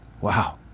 Wow